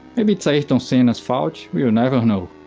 maybe it's ayrton senna's fault? we will never know,